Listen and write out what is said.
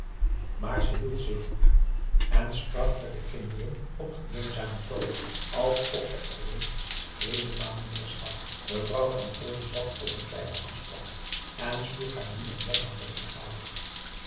maar ze hield zich goed en sprak met de kinderen op gemeenzamen toon alsof ze er reeds vele maanden p a daum hoe hij raad van indië werd onder ps maurits les gaf mevrouw van olm zat op een kleinen afstand en sloeg haar nu en dan nauwlettend gade